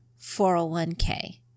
401k